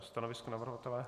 Stanovisko navrhovatele?